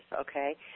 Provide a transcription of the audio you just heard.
okay